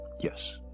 yes